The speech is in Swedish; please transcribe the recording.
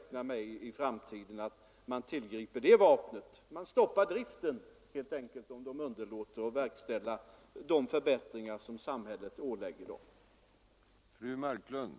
Man får alltså för framtiden räkna med att det vapnet kan komma att tillgripas att driften helt enkelt stoppas, om företagen underlåter att verkställa de förbättringar som samhället ålägger dem.